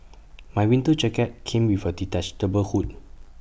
my winter jacket came with A detachable hood